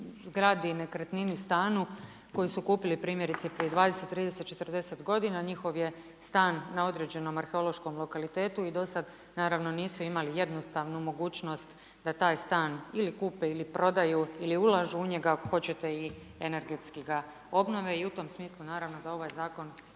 zgradi i nekretnini, stanu koji su kupili primjerice prije 20, 30, 40 godina, njihov je stan na određenom arheološkom lokalitetu i do sad naravno nisu imali jednostavnu mogućnost da taj stan ili kupe ili prodaju ili ulažu u njega, ako hoćete i energetski ga obnove. I u tom smislu naravno da ovaj zakon